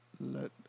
Let